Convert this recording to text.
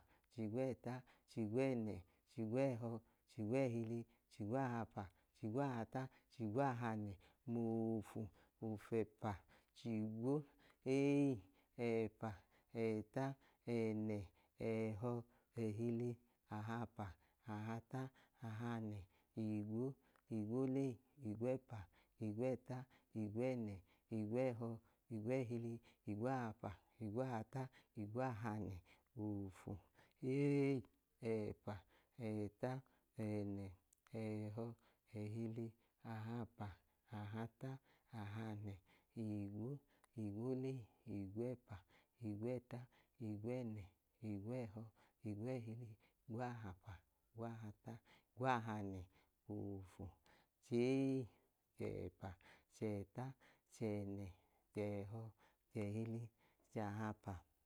Chigwẹẹta chigwẹẹnẹ chigwẹẹhọ chigwẹẹhili chigwaahapa chigwaahata chigwaahanẹ oofu ofẹpa chiigwo eei ẹẹpa ẹẹta ẹẹnẹ ẹẹhọ ẹhili ahapa ahata ahanẹ oofu eei ẹẹpa ẹẹta ẹẹnẹ ẹẹhọ ẹhili ahapa ahata ahanẹ igwo igwolei igwẹẹpa igwẹẹta igwẹẹnẹ igwẹẹhọ igwẹẹhili gwahapa gwaahata gwaahanẹ oofu chei chẹẹpa chẹẹta chẹẹnẹ chẹẹhọ chẹhili chahapa